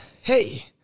hey